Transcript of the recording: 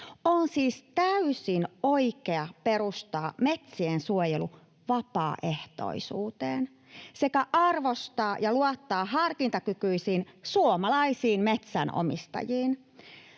On siis täysin oikein perustaa metsien suojelu vapaaehtoisuuteen sekä arvostaa ja luottaa harkintakykyisiin suomalaisiin metsänomistajiin.